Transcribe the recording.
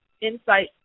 insight